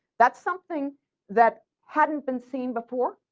that's something that hadn't been seen before